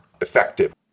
effective